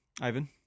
Ivan